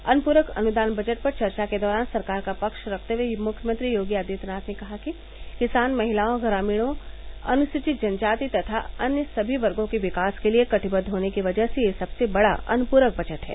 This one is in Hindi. अनुपूरक अनुदान बजट पर चर्चा के दौरान सरकार का पक्ष रखते हुए मुख्यमंत्री योगी आदित्यनाथ ने कहा कि किसान महिलाओं ग्रामीणों अनुसूचित जनजाति तथा अन्य सभी वर्गो के विकास के लिए कटिबद्द होने की वजह से यह सबसे बड़ा अनुप्रक बजट है